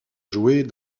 jouer